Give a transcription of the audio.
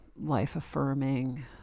life-affirming